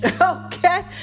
Okay